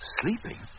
Sleeping